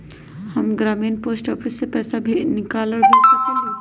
हम ग्रामीण post office से भी पैसा निकाल और भेज सकेली?